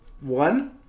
one